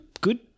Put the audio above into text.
good